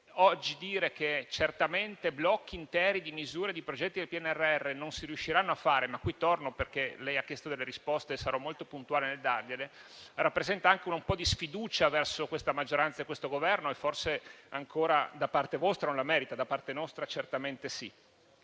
oggi che, certamente, blocchi interi di misure e di progetti del PNRR non si riusciranno a fare - ma qui tornerò, perché lei ha chiesto delle risposte e sarò molto puntuale nel dargliele - esprime anche un po' di sfiducia verso questa maggioranza e questo Governo. Forse da parte vostra non lo meritano, anche se da parte nostra certamente sì.